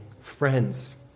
friends